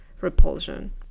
repulsion